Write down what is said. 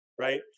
right